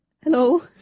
Hello